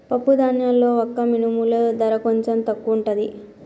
పప్పు ధాన్యాల్లో వక్క మినుముల ధర కొంచెం తక్కువుంటది